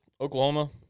Oklahoma